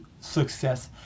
success